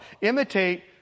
Imitate